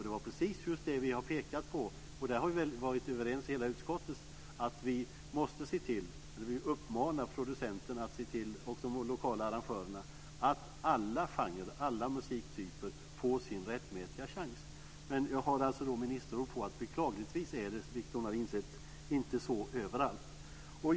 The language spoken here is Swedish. Det är precis det vi har pekat på, och där har vi väl varit överens i hela utskottet. Vi uppmanar producenterna och de lokala arrangörerna att se till att alla genrer, alla musiktyper, får sin rättmätiga chans. Jag har alltså ministerord på att det beklagligtvis, vilket hon har insett, inte är så överallt.